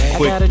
quick